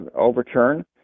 overturn